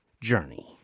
journey